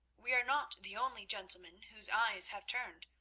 we are not the only gentlemen whose eyes have turned,